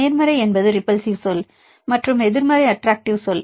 நேர்மறை என்பது ரிபல்ஸிவ் சொல் மற்றும் எதிர்மறை அட்டராக்ட்டிவ் சொல்